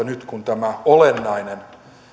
nyt kun on käsittelyssä tämä olennainen